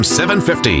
750